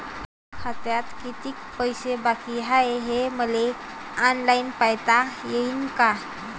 खात्यात कितीक पैसे बाकी हाय हे मले ऑनलाईन पायता येईन का?